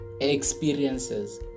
Experiences